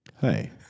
Hi